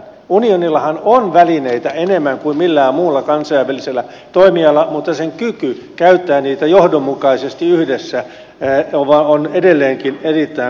unionillahan on välineitä enemmän kuin millään muulla kansainvälisellä toimijalla mutta sen kyky käyttää niitä johdonmukaisesti yhdessä on edelleenkin erittäin puutteellinen